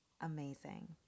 amazing